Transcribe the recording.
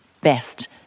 best